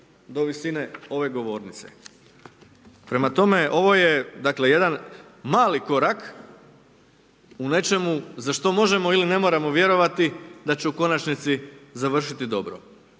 do visine ove govornice. Prema tome ovo je dakle jedan mali korak u nečemu za što možemo ili ne moramo vjerovati da će u konačnici završiti dobro.